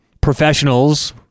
professionals